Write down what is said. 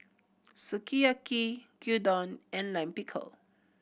Sukiyaki Gyudon and Lime Pickle